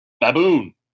Baboon